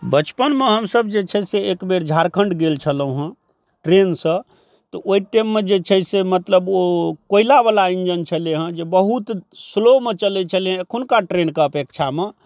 बचपनमे हमसभ जे छै से एकबेर झारखण्ड गेल छलहुँ हँ ट्रेनसँ तऽ ओहि टाइममे जे छै से मतलब ओ कोयलावला इंजन छेलै हँ जे बहुत स्लोमे चलै छेलै हँ एखुनका ट्रेनके अपेक्षामे